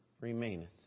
remaineth